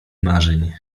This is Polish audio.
marzeń